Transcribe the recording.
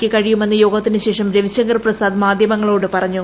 ക്ക് കഴിയുമെന്ന് യോഗത്തിനുശേഷം രവിശങ്കർ പ്രസാദ് മാധ്യമങ്ങളോട് പറഞ്ഞു